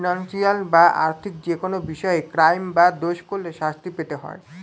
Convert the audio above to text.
financial বা আর্থিক যেকোনো বিষয়ে ক্রাইম বা দোষ করলে শাস্তি পেতে হয়